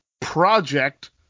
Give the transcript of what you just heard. project